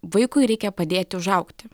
vaikui reikia padėti užaugti